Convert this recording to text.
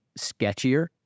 sketchier